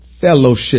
fellowship